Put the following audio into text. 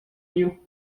you